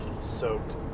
soaked